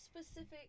specific